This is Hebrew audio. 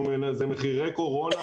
זה מחירי קורונה,